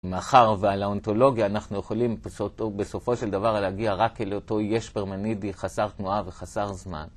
מאחר ועל האונתולוגיה אנחנו יכולים בסופו של דבר להגיע רק אל אותו יש פרמנידי חסר תנועה וחסר זמן.